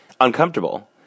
uncomfortable